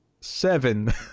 seven